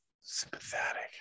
Sympathetic